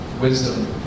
wisdom